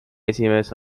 esimees